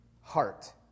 heart